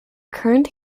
current